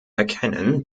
erkennen